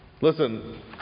Listen